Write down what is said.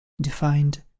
defined